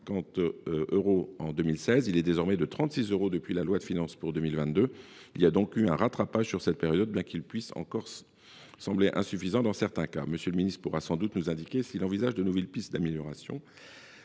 il est désormais de 36 euros depuis la loi de finances pour 2022. Il y a donc eu un rattrapage sur cette période, bien que le montant puisse encore sembler insuffisant dans certains cas. Le garde des sceaux pourra sans doute nous indiquer s’il envisage de nouvelles pistes d’amélioration.